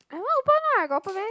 I haven't open what got open meh